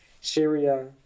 Syria